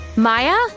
Maya